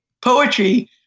poetry